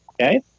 okay